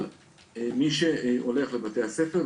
על מי שהולך לבתי הספר,